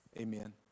Amen